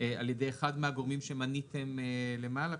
על ידי אחד מהגורמים שמניתם למעלה,